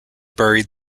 buried